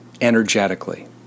energetically